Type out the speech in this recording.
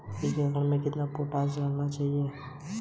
किस मिट्टी में चूने के अंशों का बाहुल्य रहता है?